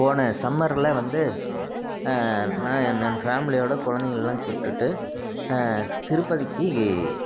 போன சம்மரில் வந்து நான் என் ஃபேமிலியோடு குழந்தைங்கள்லாம் கூப்பிட்டு திருப்பதிக்கு